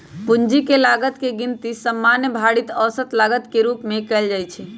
पूंजी के लागत के गिनती सामान्य भारित औसत लागत के रूप में कयल जाइ छइ